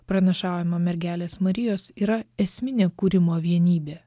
pranašaujama mergelės marijos yra esminė kūrimo vienybė